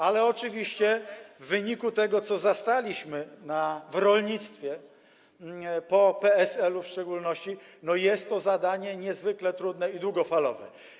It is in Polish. Ale oczywiście w wyniku tego, co zastaliśmy w rolnictwie, po PSL-u w szczególności, jest to zadanie niezwykle trudne i długofalowe.